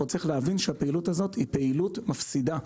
צריך להבין שהפעילות הזו היא פעילות מפסידה.